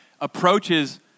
approaches